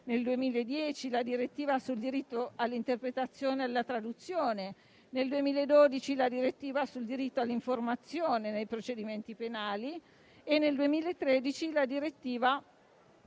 nel 2010 la direttiva sul diritto all'interpretazione e alla traduzione; nel 2012 la direttiva sul diritto all'informazione nei procedimenti penali e nel 2013 la direttiva